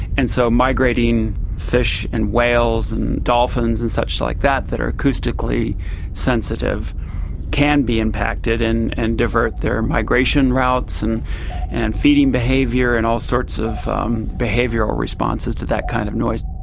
and so migrating fish and whales and dolphins and such like that that are acoustically sensitive can be impacted and and divert their migration routes and and feeding behaviour and all sorts of behavioural responses to that kind of noise.